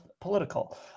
political